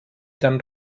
tan